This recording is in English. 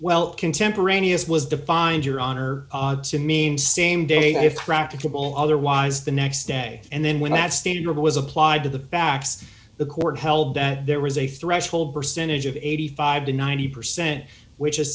well contemporaneous was defined your honor to mean same day if practicable otherwise the next day and then when that stated year was applied to the backs the court held that there was a threshold percentage of eighty five to ninety percent which